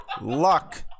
luck